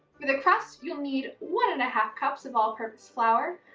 for the crust, you'll need one and a half cups of all purpose flour,